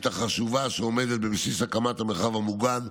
החשובה שעומדת בבסיס הקמת המרחב המוגן,